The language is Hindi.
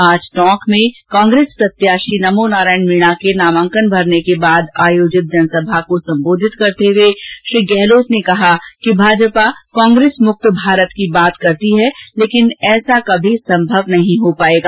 आज टोंक में कांग्रेस प्रत्याशी नमोनारायण मीणा के नामांकन भरने के बाद आयोजित जनसभा को संबोधित करते हुए श्री गहलोत ने कहा कि भाजपा कांग्रेसमुक्त भारत की बात करती है लेकिन ऐसा कभी संभव नहीं हो पाएगा